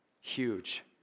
Huge